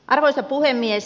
arvoisa puhemies